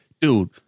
dude